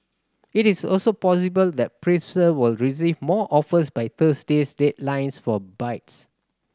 it is also possible that Pfizer will receive more offers by Thursday's deadlines for bids